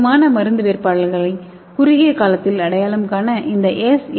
பொருத்தமான மருந்து வேட்பாளர்களை குறுகிய காலத்தில் அடையாளம் காண இந்த எஸ்